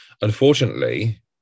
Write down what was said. unfortunately